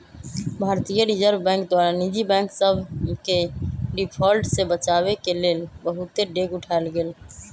भारतीय reserve bank द्वारा निजी बैंक सभके डिफॉल्ट से बचाबेके लेल बहुते डेग उठाएल गेल